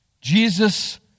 Jesus